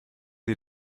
sie